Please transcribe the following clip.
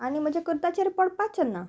आनी म्हजे कुर्ताचेर पडपाचन्ना